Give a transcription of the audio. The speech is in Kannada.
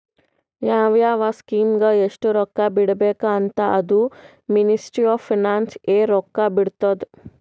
ಯಾವ್ ಯಾವ್ ಸ್ಕೀಮ್ಗ ಎಸ್ಟ್ ರೊಕ್ಕಾ ಬಿಡ್ಬೇಕ ಅಲ್ಲಾ ಅದೂ ಮಿನಿಸ್ಟ್ರಿ ಆಫ್ ಫೈನಾನ್ಸ್ ಎ ರೊಕ್ಕಾ ಬಿಡ್ತುದ್